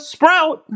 Sprout